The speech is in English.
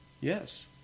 Yes